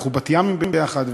אנחנו בת-ימים ביחד,